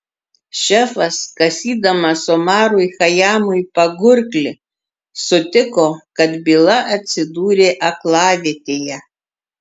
šefas kasydamas omarui chajamui pagurklį sutiko kad byla atsidūrė aklavietėje